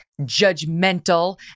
judgmental